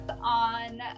on